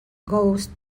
ghost